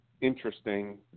interesting